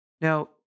Now